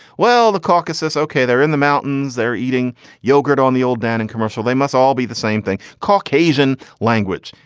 well, the caucasus. ok. there in the mountains there, eating yogurt on the old dan and commercial, they must all be the same thing. caucasian language.